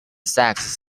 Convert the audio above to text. sex